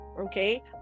Okay